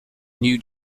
new